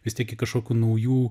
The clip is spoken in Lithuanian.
vis tiek į kažkokių naujų